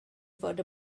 fod